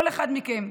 כל אחד מכם: